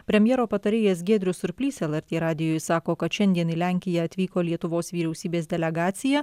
premjero patarėjas giedrius surplys lrt radijui sako kad šiandien į lenkiją atvyko lietuvos vyriausybės delegacija